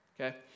Okay